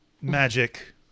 Magic